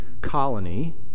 colony